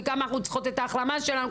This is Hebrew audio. וכמה אנחנו צריכות את ההחלמה שלנו,